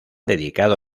dedicado